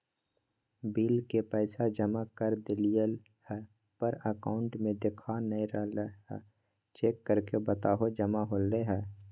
Bill के पैसा जमा कर देलियाय है पर अकाउंट में देखा नय रहले है, चेक करके बताहो जमा होले है?